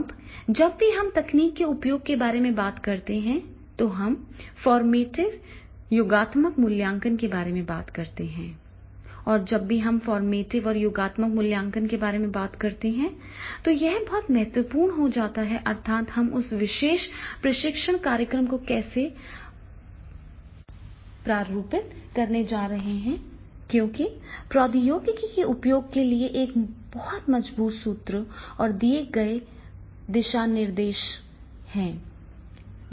अब जब भी हम तकनीक के उपयोग के बारे में बात करते हैं तो हम फॉर्मेटिव योगात्मक मूल्यांकन के बारे में बात करते हैं और जब भी हम फॉर्मेटिव और योगात्मक मूल्यांकन के बारे में बात करते हैं तो यह बहुत महत्वपूर्ण हो जाता है अर्थात हम उस विशेष प्रशिक्षण कार्यक्रम को कैसे प्रारूपित करने जा रहे हैं क्योंकि प्रौद्योगिकी के उपयोग के लिए एक बहुत मजबूत सूत्र और दिए गए दिशानिर्देश हैं